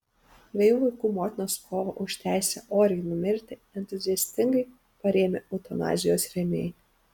dviejų vaikų motinos kovą už teisę oriai numirti entuziastingai parėmė eutanazijos rėmėjai